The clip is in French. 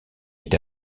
est